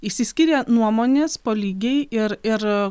išsiskyrė nuomonės po lygiai ir ir